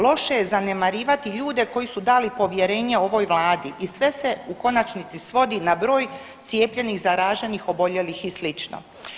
Loše je zanemarivati ljude koji su dali povjerenje ovoj Vladi i sve se u konačnici svodi na broj cijepljenih, zaraženih, oboljelih i slično.